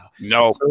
No